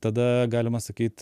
tada galima sakyt